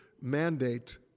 mandate